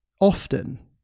Often